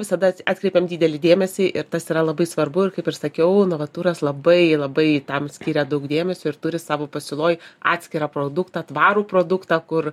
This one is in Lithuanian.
visada atkreipiam didelį dėmesį ir tas yra labai svarbu ir kaip ir sakiau novaturas labai labai tam skiria daug dėmesio ir turi savo pasiūloj atskirą produktą tvarų produktą kur